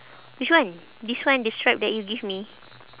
which one this one the stripe that you give me